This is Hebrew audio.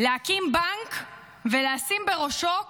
להקים בנק ולשים בראשו כייס,